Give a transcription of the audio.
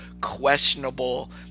questionable